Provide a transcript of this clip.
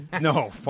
no